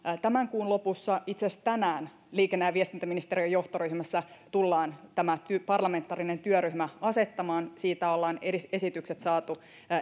tämän kuun lopussa itse asiassa tänään liikenne ja viestintäministeriön johtoryhmässä tullaan tämä parlamentaarinen työryhmä asettamaan näistä edustajista ollaan esitykset saatu